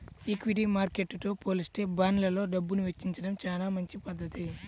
equity మార్కెట్టుతో పోలిత్తే బాండ్లల్లో డబ్బుని వెచ్చించడం చానా మంచి పధ్ధతి